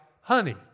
honey